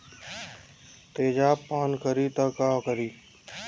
तेजाब पान करी त का करी?